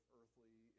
earthly